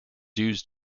used